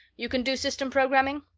you can do system programming?